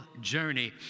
journey